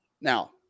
Now